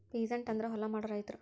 peasant ಅಂದ್ರ ಹೊಲ ಮಾಡೋ ರೈತರು